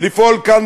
לפעול כאן,